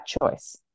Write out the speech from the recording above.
choice